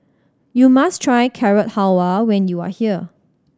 you must try Carrot Halwa when you are here